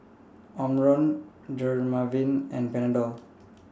Omron Dermaveen and Panadol